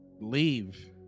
leave